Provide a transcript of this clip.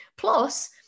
Plus